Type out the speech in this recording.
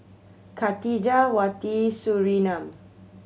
Khatijah Wati Surinam